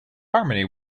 harmony